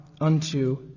unto